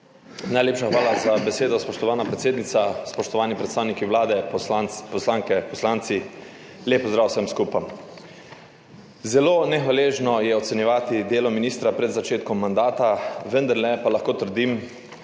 Najlepša hvala za besedo, spoštovana predsednica. Spoštovani predstavniki Vlade, poslanci, poslanke, poslanci, lep pozdrav vsem skupaj! Zelo nehvaležno je ocenjevati delo ministra pred začetkom mandata vendarle pa lahko trdim,